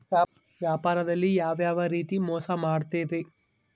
ವ್ಯಾಪಾರದಲ್ಲಿ ಯಾವ್ಯಾವ ರೇತಿ ಮೋಸ ಮಾಡ್ತಾರ್ರಿ?